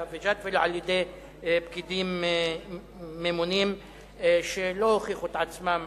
וג'ת ולא על-ידי פקידים ממונים שלא הוכיחו את עצמם,